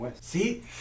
See